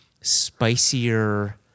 spicier